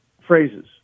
phrases